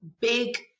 big